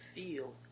Feel